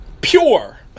Pure